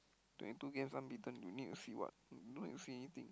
twenty two games unbeaten you need to see what no infinity